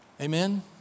Amen